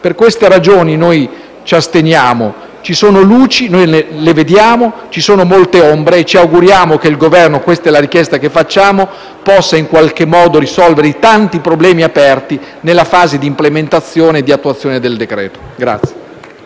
Per queste ragioni noi ci asterremo. Ci sono luci, noi le vediamo, ma ci sono molte ombre. Ci auguriamo che il Governo - questa è la richiesta che facciamo - possa in qualche modo risolvere i tanti problemi rimasti aperti nella fase di implementazione e di attuazione del decreto-legge.